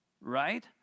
right